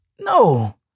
No